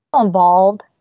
involved